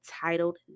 titled